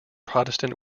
protestant